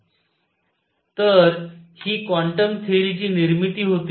तर ही quantum theory ची निर्मिती होती